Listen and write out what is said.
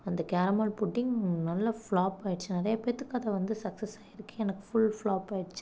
அந்த caramel pudding நல்லா flop ஆயிடுச்சி நிறைய பேர்த்துக்கு அதை வந்து சக்ஸஸ் ஆயிருக்குது எனக்கு ஃபுல் ஃப்ளாப் ஆயிடுச்சி